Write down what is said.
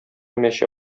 мәче